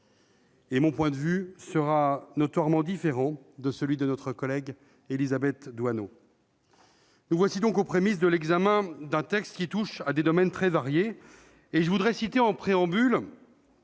un point de vue notoirement différent de celui de notre collègue Élisabeth Doineau. Nous voici donc aux prémices de l'examen d'un texte qui touche à des domaines très variés. En préambule,